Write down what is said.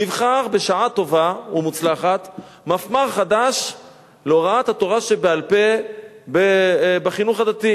נבחר בשעה טובה ומוצלחת מפמ"ר חדש להוראת התורה שבעל-פה בחינוך הדתי,